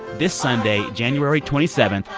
this sunday, january twenty seven,